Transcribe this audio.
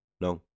No